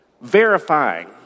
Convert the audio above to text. verifying